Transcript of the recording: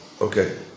okay